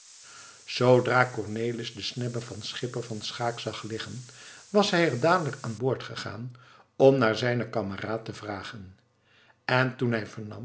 zoodra cornelis de snebbe van schipper van schaeck zag liggen was hij er dadelijk aanboord gegaan om naar zijnen kameraad te vragen en toen